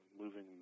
moving